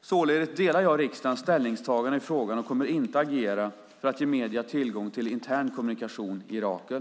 Således delar jag riksdagens ställningstagande i frågan och kommer inte att agera för att ge medierna tillgång till intern kommunikation i Rakel.